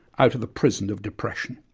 out of the prison of depression.